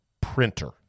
printer